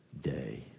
day